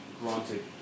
granted